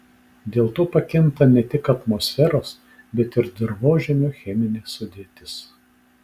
dėl to pakinta ne tik atmosferos bet ir dirvožemio cheminė sudėtis